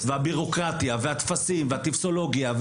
והביורוקרטיה והטפסים, והטופסולוגיה.